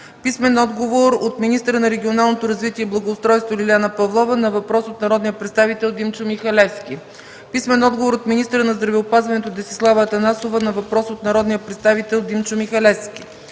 Атанасов; - министъра на регионалното развитие и благоустройството Лиляна Павлова на три въпроса от народния представител Димчо Михалевски; - министъра на здравеопазването Десислава Атанасова на въпрос от народния представител Димчо Михалевски;